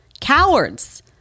Cowards